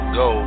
go